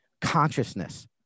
consciousness